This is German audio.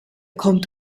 kommt